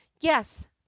Yes